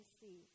see